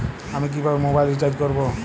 আমি কিভাবে mobile recharge করব?